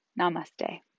namaste